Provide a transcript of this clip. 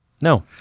No